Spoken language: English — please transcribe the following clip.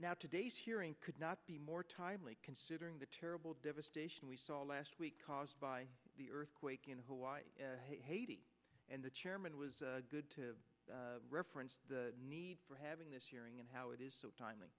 now today's hearing could not be more timely considering the terrible devastation we saw last week caused by the earthquake in haiti and the chairman was good to reference the need for having this hearing and how it is so timely